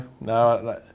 no